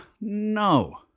No